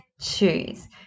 choose